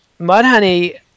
Mudhoney